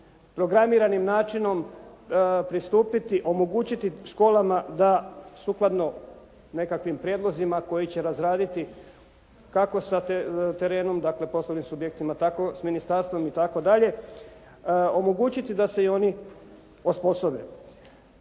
programiranim načinom pristupiti, omogućiti školama da sukladno nekakvim prijedlozima koji će razraditi kako sa terenom, dakle poslovnim subjektima, tako s ministarstvom itd. omogućiti da se i oni osposobe.